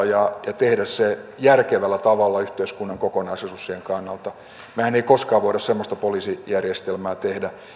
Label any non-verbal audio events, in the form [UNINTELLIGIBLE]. [UNINTELLIGIBLE] ja tehdä se järkevällä tavalla yhteiskunnan kokonaisresurssien kannalta mehän emme koskaan voi semmoista poliisijärjestelmää tehdä